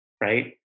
right